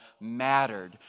mattered